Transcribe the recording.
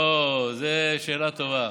הו, זו שאלה טובה.